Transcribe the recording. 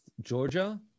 Georgia